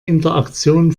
interaktion